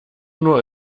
nur